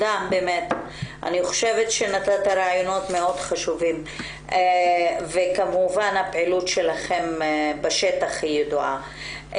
נתת רעיונות חשובים מאוד וכמובן הפעילות שלכם בשטח ידועה.